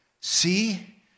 see